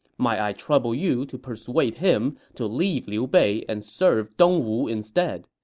might i trouble you to persuade him to leave liu bei and serve dong wu instead?